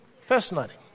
Fascinating